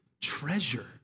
treasure